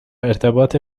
ارتباط